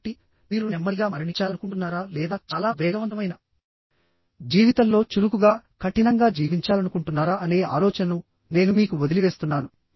కాబట్టి మీరు నెమ్మదిగా మరణించాలనుకుంటున్నారా లేదా చాలా వేగవంతమైన జీవితంలో చురుకుగా కఠినంగా జీవించాలనుకుంటున్నారా అనే ఆలోచనను నేను మీకు వదిలివేస్తున్నాను